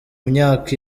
myaka